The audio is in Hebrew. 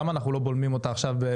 למה אנחנו לא בולמים אותה עכשיו?